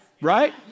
Right